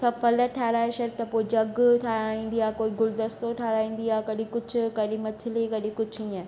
सभु फल ठाराहे छॾि त पोइ जग ठाराहींदी आहे कोई गुलदस्तो ठाराहींदी आहे कॾहिं कुझु कॾहिं मछली कॾहिं इअं